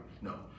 No